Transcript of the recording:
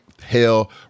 hell